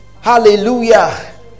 Hallelujah